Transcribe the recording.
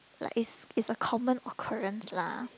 like is is a common occurrence lah